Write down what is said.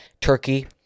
Turkey